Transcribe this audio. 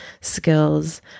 skills